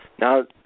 Now